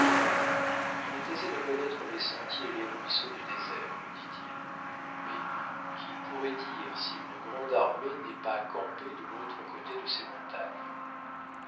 il est aisé de connaître les sentiers et les ruisseaux du désert dit-il mais qui pourrait dire si une grande armée n'est pas campée de l'autre côté de ces montagnes